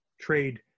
trade